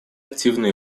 активные